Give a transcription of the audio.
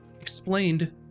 explained